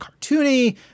cartoony